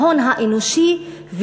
בהון האנושי,